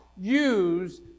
use